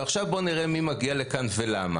ועכשיו בואו נראה מי מגיע לכאן ולמה.